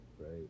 right